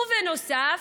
ובנוסף,